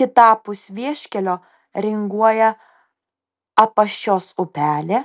kitapus vieškelio ringuoja apaščios upelė